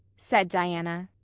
said diana.